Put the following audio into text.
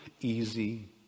easy